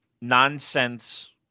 nonsense